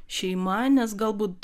šeima nes galbūt